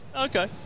Okay